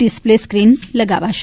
display screen લગાવાશે